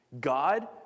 God